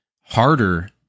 harder